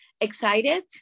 excited